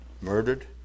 murdered